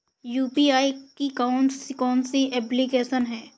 UPI की कौन कौन सी एप्लिकेशन हैं?